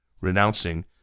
renouncing